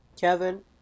kevin